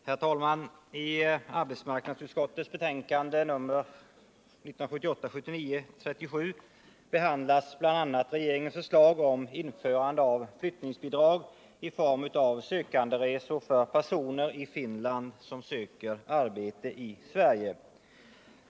Herr talman! I arbetsmarknadsutskottets betänkande 1978/79:37 behandlas bl.a. regeringens förslag om införande av flyttningsbidrag i form av sökanderesor för personer i Finland som söker arbete i Sverige.